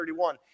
31